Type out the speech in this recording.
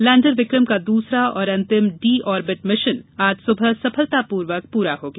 lander Vikram का दूसरा और अंतिम डी आर्बिट मिशन आज सुबह सफलतापूर्वक पूरा हो गया